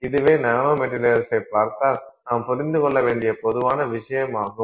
இதுவே நானோ மெட்டீரியல்களைப் பார்த்தால் நாம் புரிந்து கொள்ள வேண்டிய பொதுவான விஷயமாகும்